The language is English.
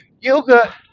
yoga